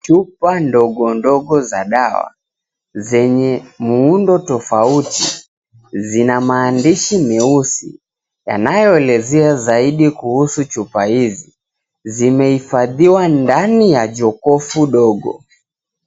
Chupa ndogo ndogo za dawa, zenye muundo tofauti, zina maandishi meusi yanayoelezea zaidi kuhusu chupa hizi. Zimehifadhiwa ndani ya jokofu dogo.